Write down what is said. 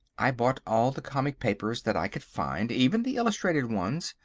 i bought all the comic papers that i could find, even the illustrated ones.